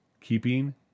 keeping